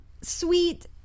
sweet